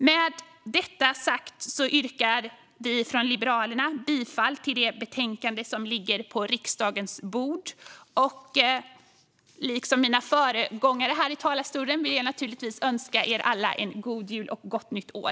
Med detta sagt yrkar vi från Liberalerna bifall till förslaget i det betänkande som ligger på riksdagens bord. Liksom mina föregångare här i talarstolen vill jag naturligtvis önska er alla en god jul och ett gott nytt år!